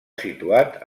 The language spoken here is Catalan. situat